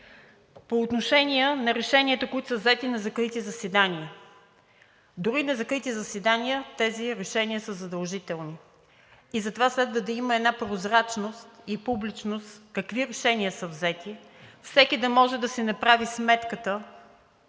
По отношение на решенията, които са взети на закрити заседания – дори и на закрити заседания тези решения са задължителни. Затова следва да има една прозрачност и публичност какви решения са взети. Всеки да може да си направи сметката